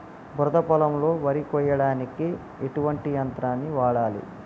బురద పొలంలో వరి కొయ్యడానికి ఎటువంటి యంత్రాన్ని వాడాలి?